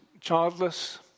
childless